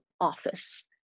office